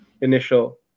initial